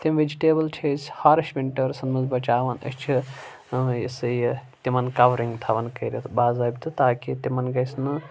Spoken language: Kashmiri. تِم وِجِٹیبٕل چھِ أسۍ ہارٕش وِنٹٕرسَن منٛز بَچاوان أسۍ چھِ یہِ ہسا یہِ تِمن کَورِنٛگ تھاوان کٔرِتھ باضٲبطہٕ تاکہ تِمن گژھ نہٕ